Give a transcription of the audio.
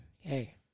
hey